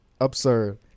absurd